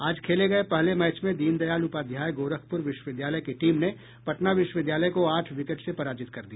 आज खेले गये पहले मैच में दीन दयाल उपाध्याय गोरखपुर विश्वविद्यालय की टीम ने पटना विश्वविद्यालय को आठ विकेट से पराजित कर दिया